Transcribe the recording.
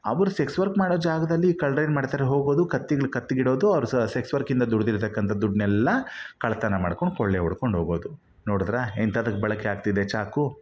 ಅವರು sex work ಮಾಡೋ ಜಾಗದಲ್ಲಿ ಕಳ್ರೇನು ಮಾಡ್ತಾರೆ ಹೋಗೋದು ಕತ್ತಿಗಳು ಕತ್ತಿಗಿಡೋದು ಅವ್ರು ಸೆಕ್ಸ್ ವರ್ಕಿಂದ ದುಡ್ದಿರ್ತಕ್ಕಂಥ ದುಡ್ಡನ್ನೆಲ್ಲ ಕಳ್ಳತನ ಮಾಡ್ಕೊಂಡು ಕೊಳ್ಳೆ ಹೊಡ್ಕೊಂಡೋಗೋದು ನೋಡಿದ್ರೆ ಎಂಥದಕ್ಕೆ ಬಳಕೆ ಆಗ್ತಿದೆ ಚಾಕು